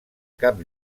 cap